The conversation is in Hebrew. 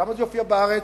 וכמה זה יופיע ב"הארץ",